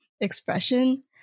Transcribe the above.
expression